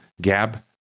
Gab